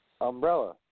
Umbrella